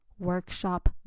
workshop